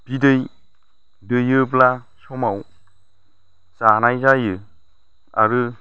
बिदै दैयोब्ला समाव जानाय जायो आरो